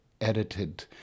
edited